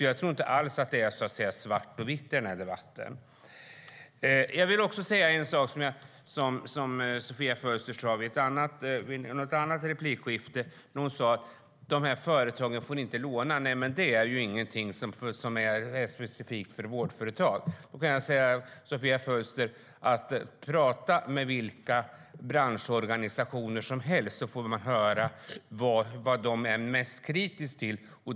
Jag tror inte alls att allt är svart eller vitt i den här debatten. Jag vill också ta upp en sak som Sofia Fölster sa i ett annat anförande. Hon sa att de här företagen inte får låna. Nej, men det är ingenting som är specifikt för vårdföretag. Sofia Fölster kan tala med vilka branschorganisationer som helst, så får hon höra vad de är mest kritiska till.